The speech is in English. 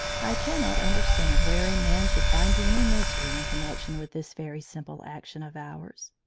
i cannot understand wherein man should find any mystery in connection with this very simple action of ours.